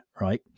Right